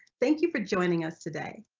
thank you for joining us today.